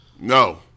No